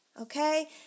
Okay